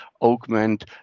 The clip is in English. augment